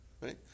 right